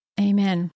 Amen